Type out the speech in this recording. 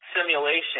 simulation